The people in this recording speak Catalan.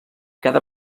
cada